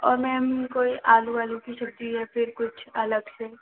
और मैम कोई आजू बाजू की छुट्टी या फिर कुछ अलग से